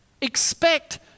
expect